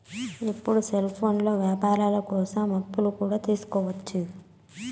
ఇప్పుడు సెల్ఫోన్లో వ్యాపారాల కోసం అప్పులు కూడా తీసుకోవచ్చు